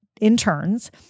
interns